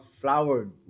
flowered